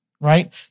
right